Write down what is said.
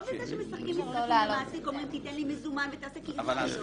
לא בזה שמשחקים משחקים עם המעסיק ואומרים: תן לי מזומן ותעשה כאילו שלא.